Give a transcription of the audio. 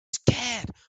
scared